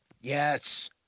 Yes